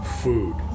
food